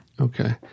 Okay